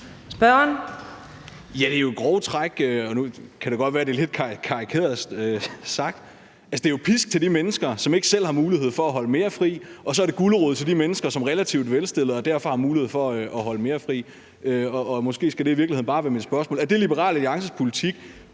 Jensen (S): Det er jo i grove træk, og nu kan det godt være, det er lidt karikeret sagt, pisk til de mennesker, som ikke selv har mulighed for at holde mere fri, og gulerod til de mennesker, som er relativt velstillede og derfor har mulighed for at holde mere fri. Måske skal det i virkeligheden bare være mit spørgsmål: Er det Liberal Alliances politik